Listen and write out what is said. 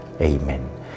Amen